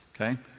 okay